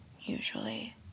usually